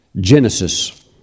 Genesis